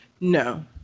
No